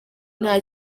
nta